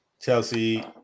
Chelsea